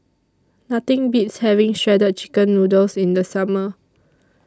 Nothing Beats having Shredded Chicken Noodles in The Summer